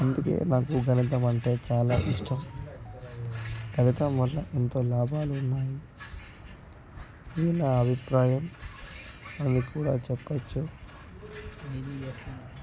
అందుకే నాకు గణితం అంటే చాలా ఇష్టం గణితం వల్ల ఎంతో లాభాలు ఉన్నాయి ఇది నా అభిప్రాయం అని కూడా చెప్పవచ్చు